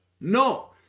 No